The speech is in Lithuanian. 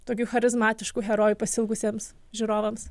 tokių charizmatiškų herojų pasiilgusiems žiūrovams